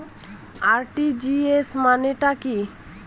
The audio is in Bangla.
আর.টি.জি.এস মানে টা কি?